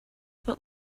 what